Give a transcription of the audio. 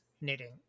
knitting